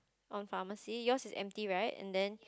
on pharmacy yours is empty right and then